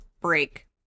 break